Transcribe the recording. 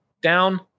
down